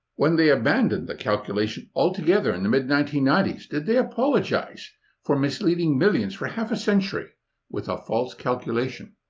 when they abandoned the calculation altogether in the mid nineteen ninety s, did they apologize for misleading millions for half a century with a false calculation?